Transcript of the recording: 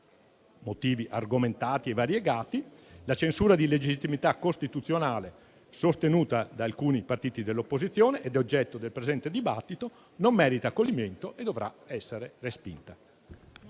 motivi, argomentati e variegati, signor Presidente, la censura di illegittimità costituzionale sostenuta da alcuni partiti dell'opposizione e oggetto del presente dibattito non merita accoglimento e dovrà essere respinta.